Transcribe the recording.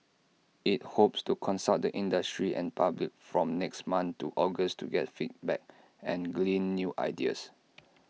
IT hopes to consult the industry and public from next month to August to get feedback and glean new ideas